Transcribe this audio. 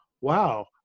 wow